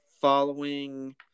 following